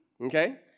okay